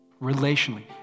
relationally